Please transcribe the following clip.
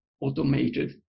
automated